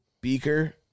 beaker